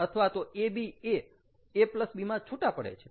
અથવા તો AB એ A B માં છુટા પડે છે